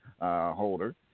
holder